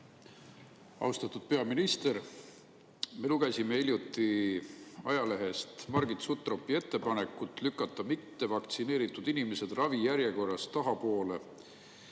Austatud peaminister! Me lugesime hiljuti ajalehest Margit Sutropi ettepanekut lükata mittevaktsineeritud inimesed ravijärjekorras tahapoole.